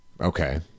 Okay